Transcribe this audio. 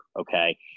okay